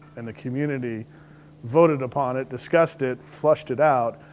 and the community voted upon it, discussed it, flushed it out,